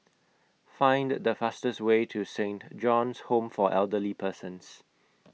Find The fastest Way to Saint John's Home For Elderly Persons